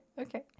okay